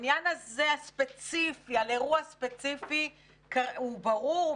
העניין הזה הספציפי על אירוע ספציפי הוא ברור,